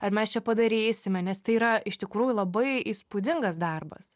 ar mes čia padarysime nes tai yra iš tikrųjų labai įspūdingas darbas